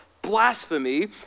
Blasphemy